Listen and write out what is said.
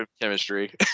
chemistry